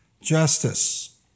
justice